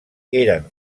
eren